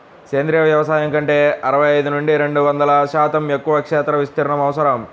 సేంద్రీయ వ్యవసాయం కంటే అరవై ఐదు నుండి రెండు వందల శాతం ఎక్కువ క్షేత్ర విస్తీర్ణం అవసరం